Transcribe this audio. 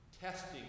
testing